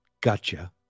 gotcha